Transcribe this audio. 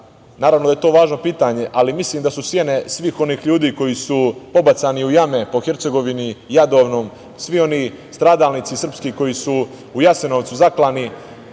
naravno da je to važno pitanje, ali mislim da su sene svih onih ljudi koji su pobacani u jame po Hercegovini, Jadovnom, svi oni stradalnici srpski koji su u Jasenovcu zaklani,